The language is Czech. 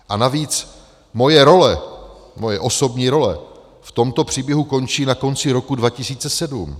A navíc, moje role, moje osobní role v tomto příběhu končí na konci roku 2007.